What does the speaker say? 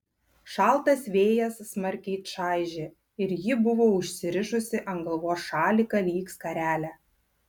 šaltas vėjas smarkiai čaižė ir ji buvo užsirišusi ant galvos šaliką lyg skarelę